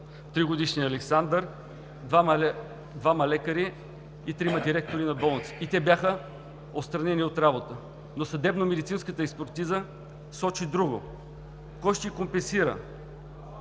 тригодишния Александър, двама лекари и трима директори на болници и те бяха отстранени от работа. Но съдебномедицинската експертиза сочи друго. Кой ще компенсира